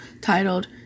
titled